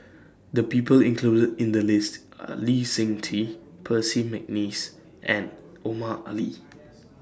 The People included in The list Are Lee Seng Tee Percy Mcneice and Omar Ali